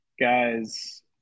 guys